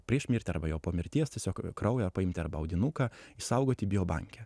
prieš mirtį arba jau po mirties tiesiog kraujo paimti arba audinuką išsaugoti bio banke